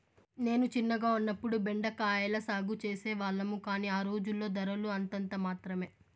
నేను చిన్నగా ఉన్నప్పుడు బెండ కాయల సాగు చేసే వాళ్లము, కానీ ఆ రోజుల్లో ధరలు అంతంత మాత్రమె